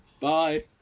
Bye